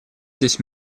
здесь